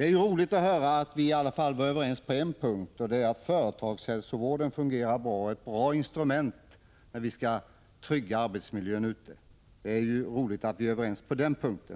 Det var roligt att höra att vi i alla fall var överens på en punkt, nämligen om 49 att företagshälsovården fungerar väl och är ett bra instrument när arbetsmil jön skall tryggas.